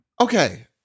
Okay